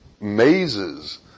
mazes